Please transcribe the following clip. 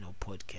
podcast